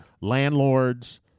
landlords